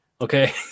Okay